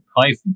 Python